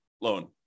loan